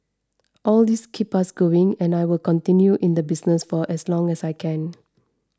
all these keep us going and I will continue in the business for as long as I can